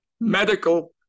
medical